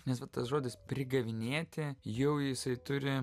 nes vat tas žodis prigavinėti jau jisai turi